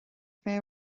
bheith